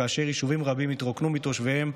כאשר יישובים רבים התרוקנו מתושביהם,